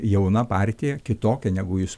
jauna partija kitokia negu jūs